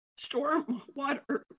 stormwater